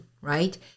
right